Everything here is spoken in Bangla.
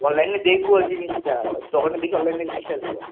অনলাইনে দেখব জিনিসটা দোকানে দেখে অনলাইনে জিনিসটা নেব